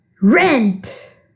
rent